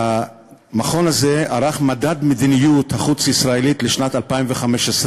המכון הזה ערך מדד מדיניות-חוץ ישראלית לשנת 2015,